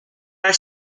are